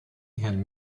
herrn